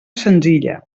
senzilla